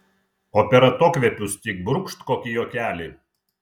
o per atokvėpius tik brūkšt kokį juokelį